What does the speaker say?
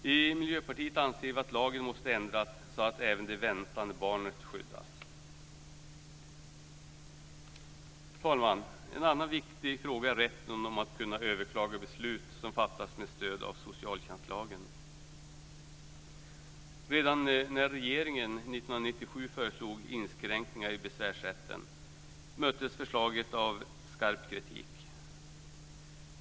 Vi i Miljöpartiet anser att lagen måste ändras så att även det väntade barnet skyddas. Fru talman! En annan viktig fråga är rätten att kunna överklaga beslut som fattas med stöd av socialtjänstlagen. Redan när regeringen 1997 föreslog inskränkningar i besvärsrätten möttes förslaget av skarp kritik.